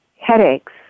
headaches